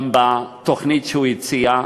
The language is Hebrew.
גם בתוכנית שהוא הציע.